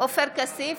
עופר כסיף,